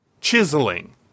chiseling